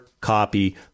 Copy